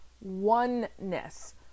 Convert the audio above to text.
oneness